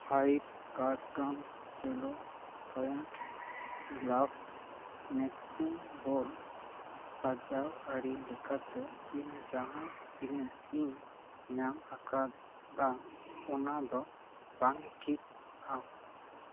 five cartons cello ᱛᱷᱚᱭᱮᱱᱴ glass making bowl ᱥᱟᱡᱟᱣ ᱟᱹᱨᱤ ᱞᱮᱠᱟᱛᱮ ᱤᱧ ᱡᱟᱦᱟᱸ ᱛᱤᱱᱟᱹᱜ ᱤᱧ ᱧᱟᱢ ᱟᱠᱟᱫᱟ ᱚᱱᱟ ᱫᱚ ᱵᱟᱝᱴᱷᱤᱠᱼᱟ